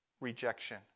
rejection